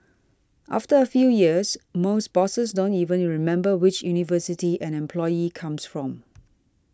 after a few years most bosses don't even remember which university an employee comes from